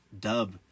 dub